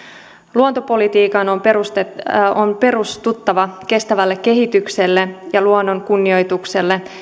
luontopolitiikan on perustuttava kestävälle kehitykselle ja luonnon kunnioitukselle